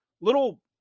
little